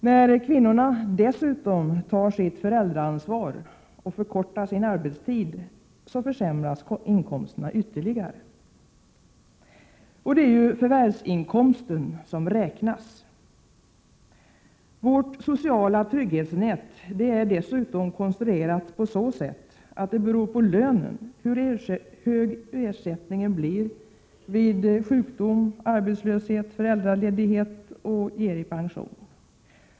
När kvinnorna dessutom tar sitt föräldraansvar och därför förkortar sin arbetstid försämras inkomsterna ytterligare. Och det är förvärvsinkomsten som räknas. Vårt sociala trygghetsnät är dessutom konstruerat så att lönens storlek avgör hur hög ersättningen blir vid sjukdom, arbetslöshet och föräldraledighet samt hur mycket vi får i pension.